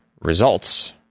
results